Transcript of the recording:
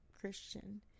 christian